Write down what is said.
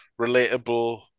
relatable